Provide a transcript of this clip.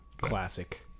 classic